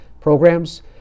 programs